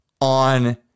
on